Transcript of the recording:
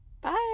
Bye